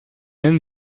même